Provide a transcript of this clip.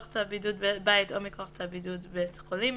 צו בידוד בית או מכוח צו בידוד בבית חולים,